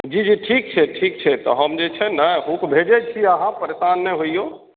जी जी ठीक छै ठीक छै तऽ हम जे छै ने हुक भेजै छी अहाँ परेशान नहि होइयो